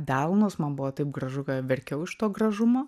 delnus man buvo taip gražu kad verkiau iš to gražumo